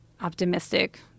optimistic